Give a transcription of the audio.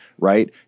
right